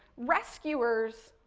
rescuers,